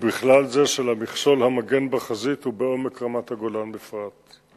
בכלל ושל המכשול המגן בחזית ובעומק רמת-הגולן בפרט.